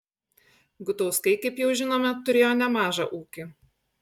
gutauskai kaip jau žinome turėjo nemažą ūkį